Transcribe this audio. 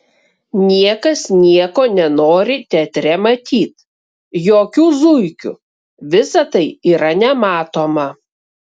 niekas nieko nenori teatre matyt jokių zuikių visa tai yra nematoma